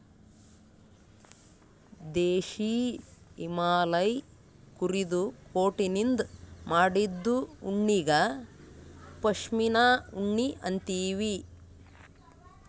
ದೇಶೀ ಹಿಮಾಲಯ್ ಕುರಿದು ಕೋಟನಿಂದ್ ಮಾಡಿದ್ದು ಉಣ್ಣಿಗಾ ಪಶ್ಮಿನಾ ಉಣ್ಣಿ ಅಂತೀವಿ